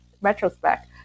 retrospect